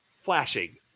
flashing